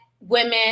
women